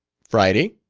friday?